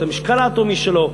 את המשקל האטומי שלו,